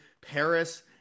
Paris